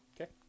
Okay